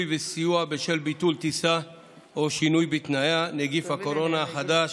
וסיוע בשל ביטול טיסה או שינוי בתנאיה) (נגיף הקורונה החדש,